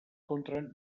contra